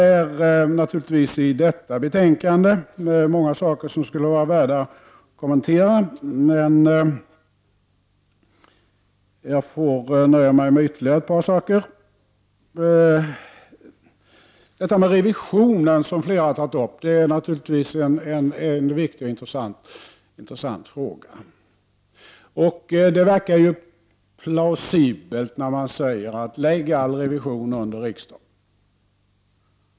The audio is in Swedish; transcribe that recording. I detta betänkande behandlas naturligtvis många saker som skulle vara värda att kommentera, men jag får nöja mig med ett par ytterligare saker. Frågan om revisionen, som flera har tagit upp, är naturligtvis viktig och intressant. När man säger: Lägg all revision under riksdagen! kan det verka plausibelt.